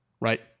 right